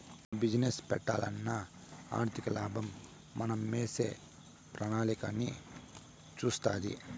yeah business పెట్టాలన్నా ఆర్థికలాభం మనమేసే ప్రణాళికలన్నీ సూస్తాది